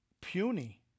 puny